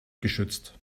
geschützt